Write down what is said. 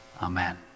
Amen